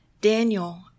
Daniel